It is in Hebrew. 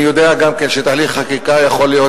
אני יודע גם שתהליך החקיקה יכול להיות,